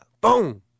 boom